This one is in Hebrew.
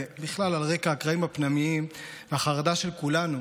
ובכלל על רקע הקרעים הפנימיים והחרדה של כולנו